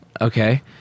Okay